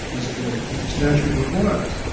as the as the statute requires,